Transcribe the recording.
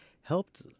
helped